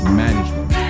management